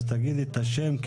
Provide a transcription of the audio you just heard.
אז תגידי את השם,